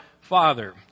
Father